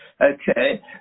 okay